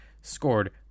scored